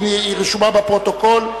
היא רשומה בפרוטוקול.